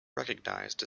recognized